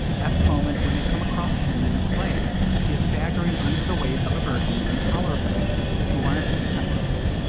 at the moment when they come across him in the play he is staggering under the weight of a burden intolerable to one of his temperament.